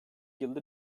yıldır